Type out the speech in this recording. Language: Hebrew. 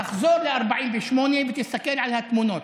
תחזור ל-1948 ותסתכל על התמונות.